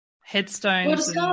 headstones